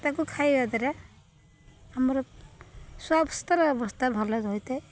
ତାକୁ ଖାଇବା ଦ୍ୱାରା ଆମର ସ୍ୱାସ୍ଥ୍ୟର ଅବସ୍ଥା ଭଲ ହୋଇଥାଏ